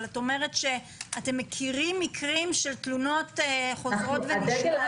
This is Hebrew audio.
אבל את אומרת שאתם מכירים מקרים של תלונות חוזרות ונשנות.